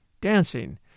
dancing